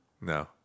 No